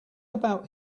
about